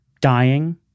dying